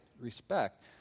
respect